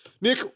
Nick